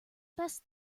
best